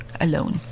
alone